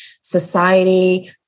society